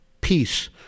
peace